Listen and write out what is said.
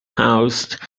housed